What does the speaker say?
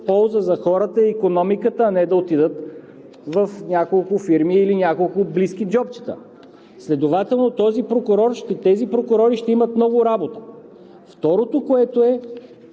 полза за хората и икономиката, а не да отидат в няколко фирми или няколко близки джобчета. Следователно тези прокурори ще имат много работа. Второ, взето е